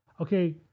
Okay